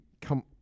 come